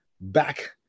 Back